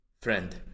friend